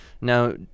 Now